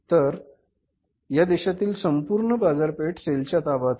तर या देशातील संपूर्ण बाजारपेठ सेलच्या ताब्यात होती